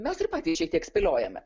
mes ir patys šiek tiek spėliojame